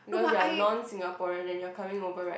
because you're non Singaporean then you're coming over right